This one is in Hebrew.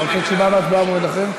אתה רוצה תשובה והצבעה במועד אחר?